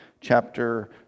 chapter